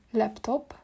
laptop